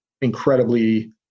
incredibly